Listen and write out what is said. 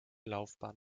laufbahn